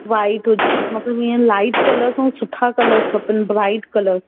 white हुजे मूंखे हीअं लाइट कलर खां सुठा खपन ब्राइट कलर